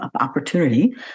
opportunity